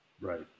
right